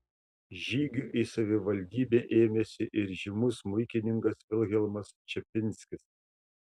žygių į savivaldybę ėmėsi ir žymus smuikininkas vilhelmas čepinskis